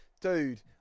dude